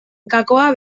gakoa